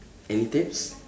any tips